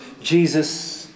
Jesus